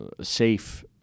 safe